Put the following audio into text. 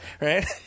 right